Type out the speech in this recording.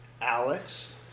Alex